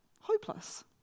hopeless